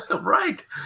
Right